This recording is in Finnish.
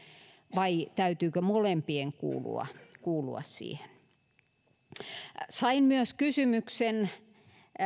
vai täytyykö molempien kuulua kuulua sellaiseen sain myös kysymyksen